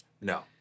No